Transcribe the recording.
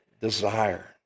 desire